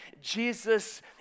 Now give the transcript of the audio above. Jesus